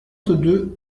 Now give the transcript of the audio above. deux